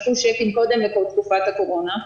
משכו צ'קים קודם תקופת הקורונה,